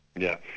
yeah,